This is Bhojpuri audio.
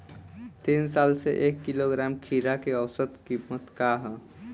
तीन साल से एक किलोग्राम खीरा के औसत किमत का ह?